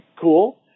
cool